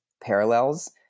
parallels